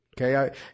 Okay